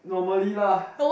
normally lah